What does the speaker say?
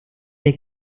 the